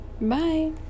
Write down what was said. Bye